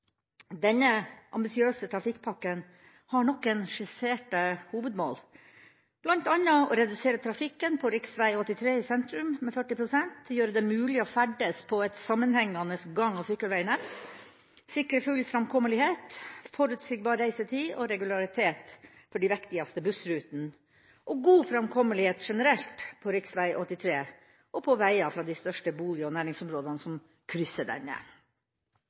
Denne ambisiøse trafikkpakken har noen skisserte hovedmål, bl.a. å redusere trafikken på rv. 83 i sentrum med 40 pst., gjøre det mulig å ferdes på et sammenhengende gang- og sykkelvegnett, sikre full framkommelighet, forutsigbar reisetid og regularitet for de viktigste bussrutene og god framkommelighet generelt på rv. 83 og på veier fra de største bolig- og næringsområdene som krysser denne.